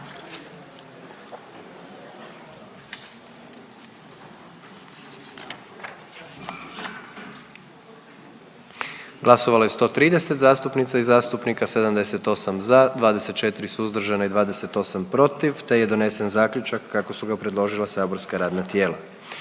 Glasovalo je 111 zastupnica i zastupnika, 90 je bilo za, 8 je bilo suzdržanih i 13 je bilo protiv pa je donesen zaključak kako su ga predložila saborska radna tijela.